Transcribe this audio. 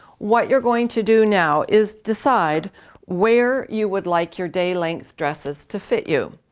what you're going to do now is decide where you would like your day lengths dresses to fit you.